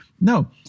No